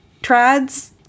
trads